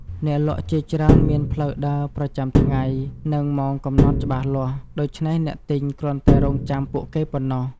អ្នកលក់ជាច្រើនមានផ្លូវដើរប្រចាំថ្ងៃ និងម៉ោងកំណត់ច្បាស់លាស់ ដូច្នេះអ្នកទិញគ្រាន់តែរង់ចាំពួកគេប៉ុណ្ណោះ។